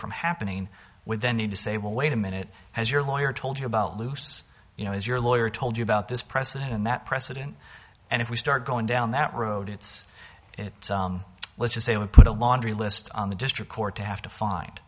from happening with the need to say well wait a minute has your lawyer told you about loose you know as your lawyer told you about this precedent and that precedent and if we start going down that road it's it let's just say we put a laundry list on the district court to have to find